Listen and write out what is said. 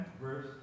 verse